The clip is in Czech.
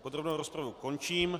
Podrobnou rozpravu končím.